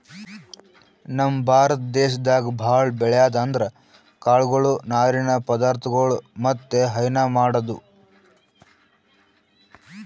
ನಮ್ ಭಾರತ ದೇಶದಾಗ್ ಭಾಳ್ ಬೆಳ್ಯಾದ್ ಅಂದ್ರ ಕಾಳ್ಗೊಳು ನಾರಿನ್ ಪದಾರ್ಥಗೊಳ್ ಮತ್ತ್ ಹೈನಾ ಮಾಡದು